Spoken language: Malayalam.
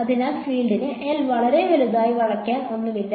അതിനാൽ ഫീൽഡിന് L വളരെ വലുതായി വളയ്ക്കാൻ ഒന്നുമില്ല